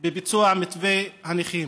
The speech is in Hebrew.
בביצוע מתווה הנכים.